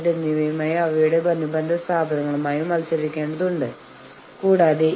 അതിനാൽ നിങ്ങൾ പറയും ശരി ഈ നിയമം അനുസരിച്ച് ഇതാണ് ഞങ്ങൾക്ക് ചെയ്യാൻ കഴിയുന്നത്